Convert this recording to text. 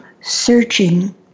searching